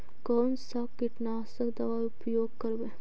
कोन सा कीटनाशक दवा उपयोग करबय?